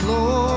Lord